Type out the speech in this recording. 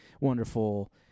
wonderful